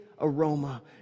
Aroma